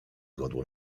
godło